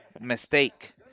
mistake